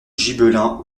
gibelin